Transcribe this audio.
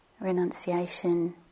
renunciation